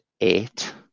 eight